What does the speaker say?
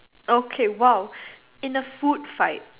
okay !wow! in a food fight